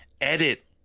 Edit